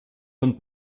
von